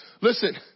Listen